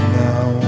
now